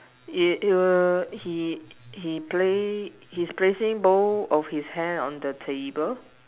it it will he he play his placing both of his hand on the table